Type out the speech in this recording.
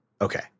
okay